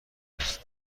است